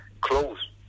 close